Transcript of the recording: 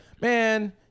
man